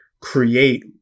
create